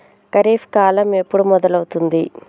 ఖరీఫ్ కాలం ఎప్పుడు మొదలవుతుంది?